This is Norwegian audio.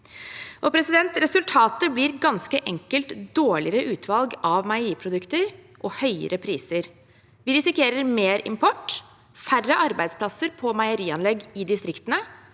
aktør. Resultatet blir ganske enkelt dårligere utvalg av meieriprodukter og høyere priser. Vi risikerer mer import og færre arbeidsplasser på meierianlegg i distriktene,